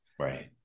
right